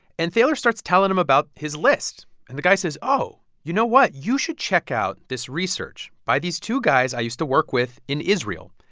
and thaler starts telling him about his list. and the guy says, oh you know what? you should check out this research by these two guys i used to work with in israel,